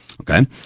okay